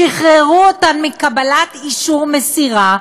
שחררו אותן מקבלת אישור מסירה.